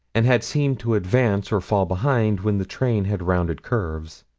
and had seemed to advance or fall behind, when the train had rounded curves.